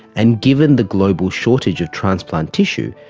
and given the global shortage of transplant tissue,